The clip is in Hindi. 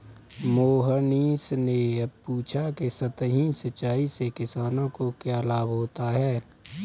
मोहनीश ने पूछा कि सतही सिंचाई से किसानों को क्या लाभ होता है?